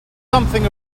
something